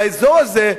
באזור הזה,